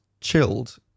chilled